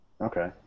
Okay